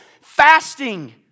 Fasting